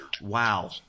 Wow